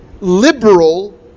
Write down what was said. liberal